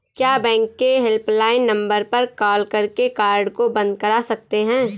क्या बैंक के helpline number पर कॉल करके कार्ड को बंद करा सकते हैं?